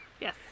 Yes